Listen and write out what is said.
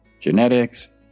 genetics